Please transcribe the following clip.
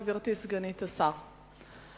גברתי סגנית השר,